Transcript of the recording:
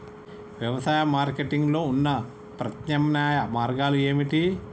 వ్యవసాయ మార్కెటింగ్ లో ఉన్న ప్రత్యామ్నాయ మార్గాలు ఏమిటి?